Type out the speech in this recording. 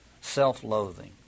self-loathing